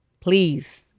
please